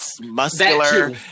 muscular